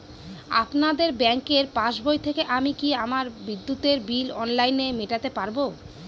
আপনাদের ব্যঙ্কের পাসবই থেকে আমি কি আমার বিদ্যুতের বিল অনলাইনে মেটাতে পারবো?